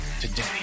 today